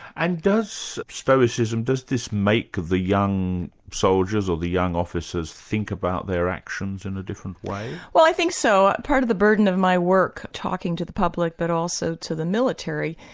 and does stoicism, does this make the young soldiers or the young officers think about their actions in a different way? well i think so. part of the burden of my work, talking to the public but also to the military,